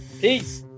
Peace